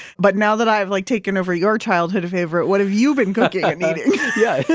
but now that i've like taken over your childhood favorite, what have you been cooking and eating? yeah yeah